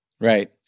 Right